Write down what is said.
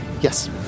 Yes